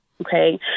Okay